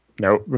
no